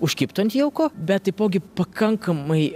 užkibtų ant jauko bet taipogi pakankamai